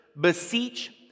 beseech